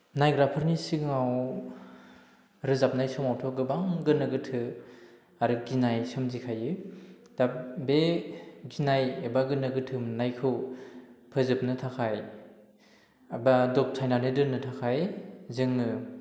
नायग्राफोरनि सिगाङाव रोजाबनाय समावथ' गोबां गोनो गोथो आरो गिनाय सोमजिखायो दा बे गिनाय एबा गोनो गोथो मोननायखौ फोजोबनो थाखाय एबा दबथायनानै दोननो थाखाय जोङो